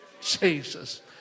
Jesus